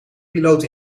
piloot